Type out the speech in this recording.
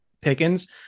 Pickens